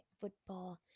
football